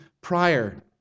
prior